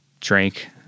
drank